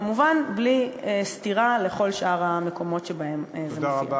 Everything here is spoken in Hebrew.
כמובן בלי סתירה לכל שאר המקומות שבהם זה מופיע.